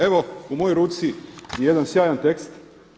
Evo u mojoj ruci je jedan sjajan tekst.